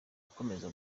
akomeza